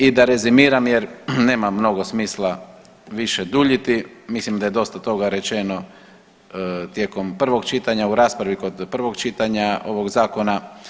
I da rezimiram jer nema mnogo smisla više duljiti, mislim da je dosta toga rečeno tijekom prvog čitanja, u raspravi kod prvog čitanja ovog zakona.